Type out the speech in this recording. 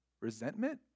resentment